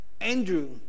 Andrew